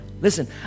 Listen